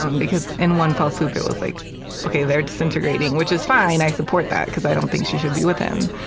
um because in one fell swoop, it was like ok. they're disintegrating. which is fine, i support that because i don't think she should be with him,